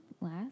last